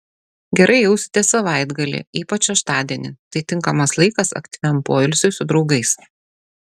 gerai jausitės savaitgalį ypač šeštadienį tai tinkamas laikas aktyviam poilsiui su draugais